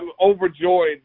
overjoyed